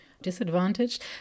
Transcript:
disadvantaged